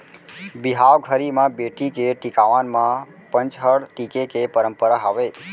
बिहाव घरी म बेटी के टिकावन म पंचहड़ टीके के परंपरा हावय